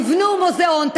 תבנו מוזיאון,